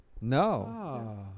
no